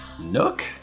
Nook